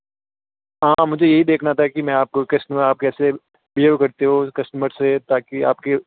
हाँ मुझे यही देखना था कि मैं आपको कस्टमर आप कैसे बिहेव करते हो उस कस्टमर से ताकि आपके